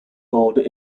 old